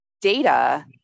data